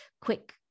quick